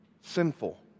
sinful